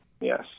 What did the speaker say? yes